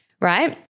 right